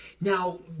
Now